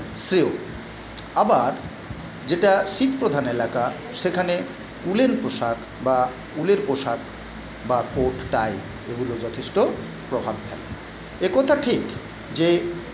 শ্রেয় আবার যেটা শীতপ্রধান এলাকা সেখানে উলেন পোশাক বা উলের পোশাক বা কোট টাই এগুলো যথেষ্ট প্রভাব ফেলে এ কথা ঠিক যে